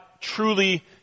truly